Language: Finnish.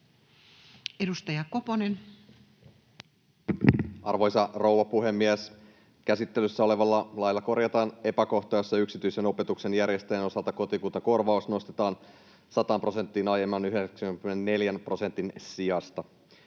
14:19 Content: Arvoisa rouva puhemies! Käsittelyssä olevalla lailla korjataan epäkohta, jossa yksityisen opetuksen järjestäjien osalta kotikuntakorvaus nostetaan 100 prosenttiin aiemman 94 prosentin sijasta.